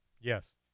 Yes